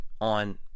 on